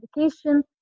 education